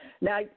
Now